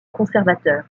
conservateur